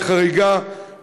היא חריגה,